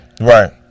Right